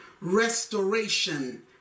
restoration